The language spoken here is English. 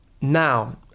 Now